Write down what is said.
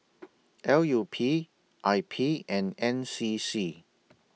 L U P I P and N C C